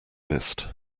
mist